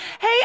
Hey